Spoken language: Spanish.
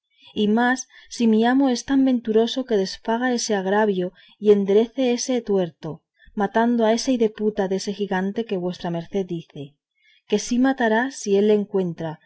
y más si mi amo es tan venturoso que desfaga ese agravio y enderece ese tuerto matando a ese hideputa dese gigante que vuestra merced dice que sí matará si él le encuentra